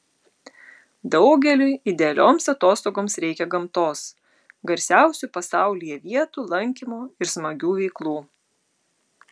daugeliui idealioms atostogoms reikia gamtos garsiausių pasaulyje vietų lankymo ir smagių veiklų